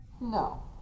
No